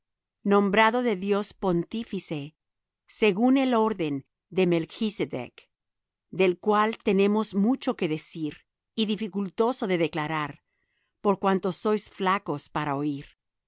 nombrado de dios pontífice según el orden de melchsedec del cual tenemos mucho que decir y dificultoso de declarar por cuanto sois flacos para oir